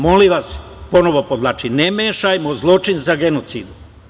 Molim vas, ponovo podvlačim, ne mešajmo zločin za genocid.